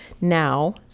now